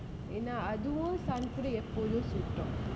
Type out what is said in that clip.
ஏனா அதுவும்:yaenaa athuvum sun கூட எப்போதும்:kooda eppothum suit ah